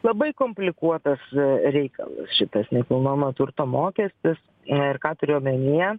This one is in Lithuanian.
labai komplikuotas reikalas šitas nekilnojamo turto mokestis ir ką turiu omenyje